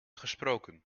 gesproken